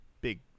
big